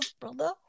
brother